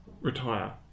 retire